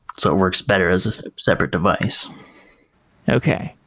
so it works better as a separate device okay.